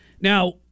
Now